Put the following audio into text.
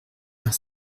vers